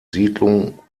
siedlung